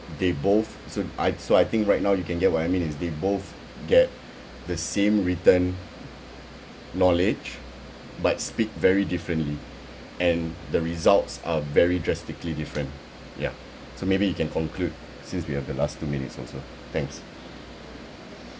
they both so I so I think right now you can get what I mean is they both get the same written knowledge but speak very differently and the results are very drastically different ya so maybe you can conclude since we have the last two minutes also thanks